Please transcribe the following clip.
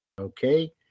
Okay